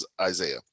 Isaiah